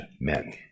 men